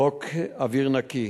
חוק אוויר נקי